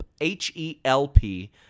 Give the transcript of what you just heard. H-E-L-P